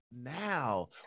now